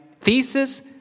thesis